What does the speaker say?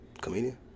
Comedian